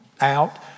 out